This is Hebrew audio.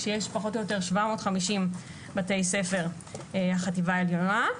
כשיש פחות או יותר 750 בתי ספר בחטיבה העליונה.